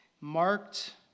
marked